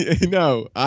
No